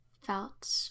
felt